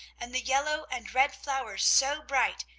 and the yellow and red flowers so bright,